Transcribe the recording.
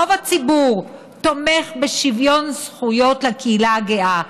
רוב הציבור תומך בשוויון זכויות לקהילה הגאה.